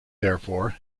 therefore